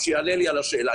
שיענה לי על השאלה,